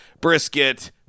brisket